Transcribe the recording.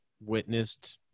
witnessed